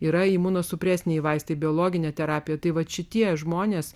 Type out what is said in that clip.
yra imunosupresiniai vaistai biologine terapija tai vat šitie žmonės